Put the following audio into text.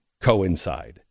coincide